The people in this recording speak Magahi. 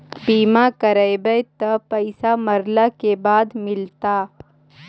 बिमा करैबैय त पैसा मरला के बाद मिलता?